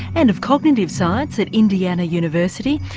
and of cognitive science at indiana university,